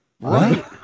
Right